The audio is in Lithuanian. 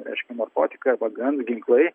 reiškia narkotikai arba gans ginklai